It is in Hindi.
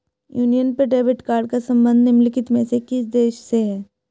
यूनियन पे डेबिट कार्ड का संबंध निम्नलिखित में से किस देश से है?